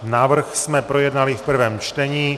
Návrh jsme projednali v prvém čtení.